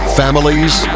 families